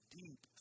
deep